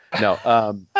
No